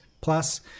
plus